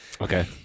Okay